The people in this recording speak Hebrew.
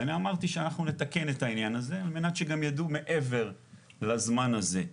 ואני אמרתי שאנחנו נתקן את העניין הזה על מנת שגם יידעו מעבר לזמן הזה.